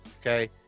Okay